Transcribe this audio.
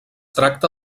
tracta